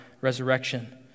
resurrection